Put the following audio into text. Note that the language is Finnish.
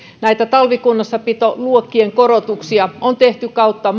näitä talvikunnossapitoluokkien korotuksia on tehty kautta